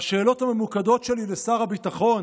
והשאלות הממוקדות שלי לשר הביטחון,